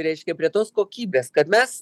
reiškia prie tos kokybės kad mes